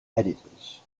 editors